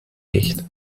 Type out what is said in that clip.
nicht